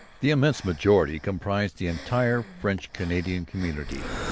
the immense majority comprised the entire french-canadian community.